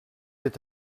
est